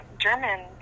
German